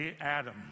Adam